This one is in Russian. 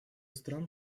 стран